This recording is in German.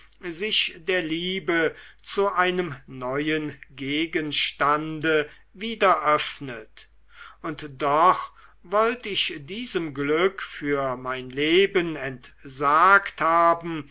sich der liebe zu einem neuen gegenstande wieder öffnet und doch wollt ich diesem glück für mein leben entsagt haben